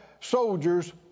soldiers